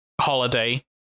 holiday